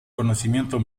conocimiento